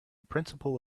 principle